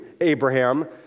Abraham